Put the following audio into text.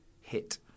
hit